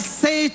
say